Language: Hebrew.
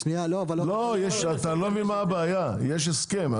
אתה לא מבין מה הבעיה, יש הסכם.